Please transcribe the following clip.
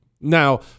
Now